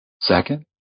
Second